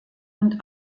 und